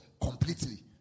completely